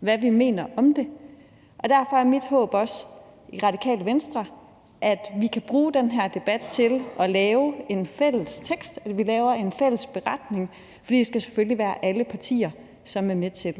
hvad vi mener om det. Derfor er mit håb og Radikale Venstres håb også, at vi kan bruge den her debat til at lave en fælles tekst eller til at lave en fælles beretning, for det skal selvfølgelig være alle partier, som er med til